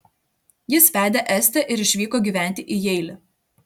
jis vedė estę ir išvyko gyventi į jeilį